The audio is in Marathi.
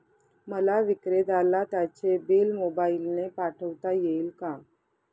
मला विक्रेत्याला त्याचे बिल मोबाईलने पाठवता येईल का?